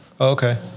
Okay